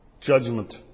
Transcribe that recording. judgment